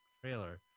trailer